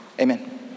amen